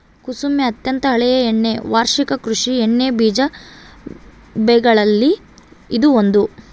ಕುಸುಮೆ ಅತ್ಯಂತ ಹಳೆಯ ಎಣ್ಣೆ ವಾರ್ಷಿಕ ಕೃಷಿ ಎಣ್ಣೆಬೀಜ ಬೆಗಳಲ್ಲಿ ಇದು ಒಂದು